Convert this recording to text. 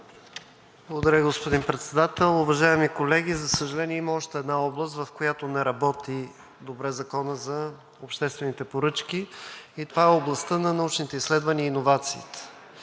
Благодаря, господин Председател. Уважаеми колеги, за съжаление, има още една област, в която не работи добре Законът за обществените поръчки, и това е областта на научните изследвания и иновациите,